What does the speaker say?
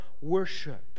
worship